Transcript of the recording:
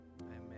Amen